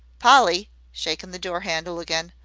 polly, shaking the door-handle again,